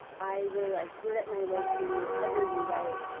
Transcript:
i really like grit my way through every rewrite.